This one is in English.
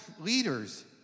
leaders